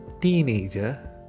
teenager